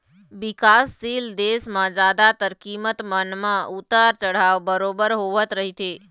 बिकासशील देश म जादातर कीमत मन म उतार चढ़ाव बरोबर होवत रहिथे